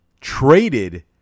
traded